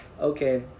okay